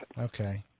Okay